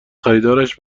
خریدارش